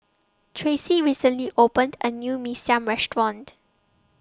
Traci recently opened A New Mee Siam Restaurant